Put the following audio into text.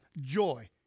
Joy